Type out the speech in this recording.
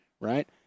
right